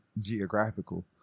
geographical